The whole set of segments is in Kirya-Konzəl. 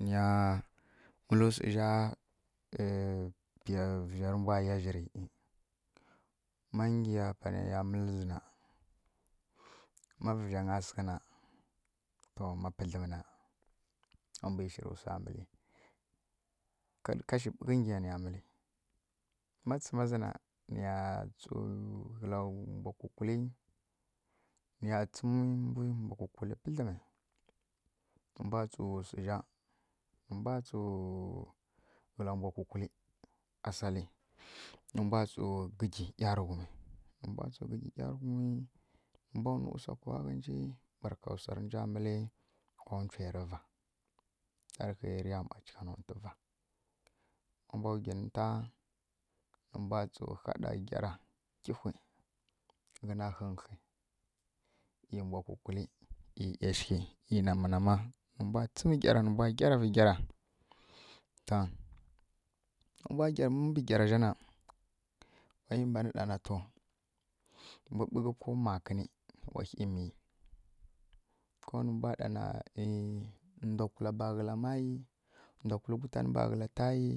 Niya wsǝzja piya vǝzjarǝ mbwa yazjǝri ma ngiya paneya mǝlǝzǝna ma vǝzjanga sǝghǝ na pa ma pǝdlǝmǝ na a mbwi shirǝ wsa mǝli kashi ɓughǝ ngiya niya mǝli ma tsǝma zǝ na nǝya tsu ghǝla mbwa kukuli niya tsǝmǝ mbwi bwa kukuli pǝdlǝmi nǝ mbwa tsu wsǝzja nǝ mbwa tsu ghǝla mbwa kukulǝ assali nǝ mbwa tsu gǝgi ˈyarughumi nǝ mbwa tsu gǝgi ˈyarughumi nǝ mbwa wnǝ usakowa ghǝnji barka wsarǝnja mili waa wcheirǝ va ɗarhǝi rǝya ˈma cika nontǝ va ma mbwa wghi nǝta nǝ mbwa tsu haɗa gyara gǝwhi ghǝna hǝnkglǝ ei mbwa kukuli ei ˈyashghi ei nama nama nǝmbwa tsǝmǝ gyara nǝ mbwa gyaravǝ gyara to ma mbwa gyara ma mbwǝ mbǝ gyara zja na wayi mbanǝ ɗana to mbu ɓughǝ ko makǝni wai miy ko nǝ mbwa ɗana ndwa kula ba kǝla mayi ndwa kulǝ gutanǝ ba kǝla tayi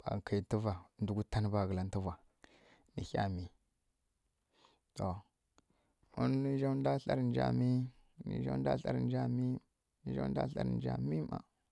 ɓa kǝi ntǝvwa ndwǝ gutanǝ ba kǝla ntǝvwa nǝ ɦya miy to ma nǝnzja ndwa tlarǝ nǝnzja miy nǝnzja ndwa tlarǝ nǝnzja miy nǝnzja ndwa tlarǝ nǝnzja miy ˈma.